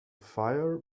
fire